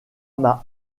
m’a